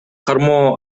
кармоо